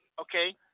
Okay